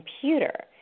computer